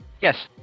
Yes